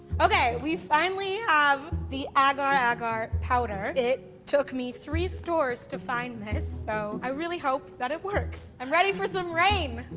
okay, we finally have the agar agar powder. it took me three stores to find this so i really hope that it works. i'm ready for some rain,